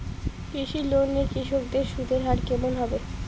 কৃষি লোন এ কৃষকদের সুদের হার কেমন হবে?